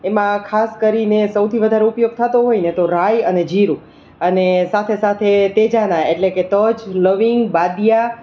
એમાં ખાસ કરીને સૌથી વધાર ઉપયોગ થતો હોયને તો રાઈ અને જીરું અને સાથે સાથે તેજાના એટલે કે તજ લવિંગ બાદીયા